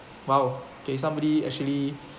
!wow! okay somebody actually